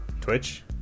Twitch